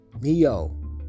Neo